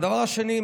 והדבר השני,